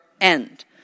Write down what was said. end